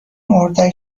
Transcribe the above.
اردک